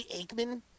Aikman